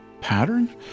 pattern